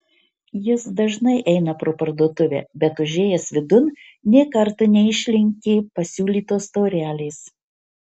jis dažnai eina pro parduotuvę bet užėjęs vidun nė karto neišlenkė pasiūlytos taurelės